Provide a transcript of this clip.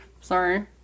Sorry